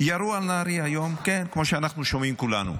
ירו על נהריה היום, כן, כמו שאנחנו שומעים כולנו.